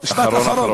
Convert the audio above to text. אחרון אחרון.